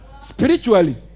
spiritually